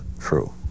true